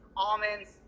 Almonds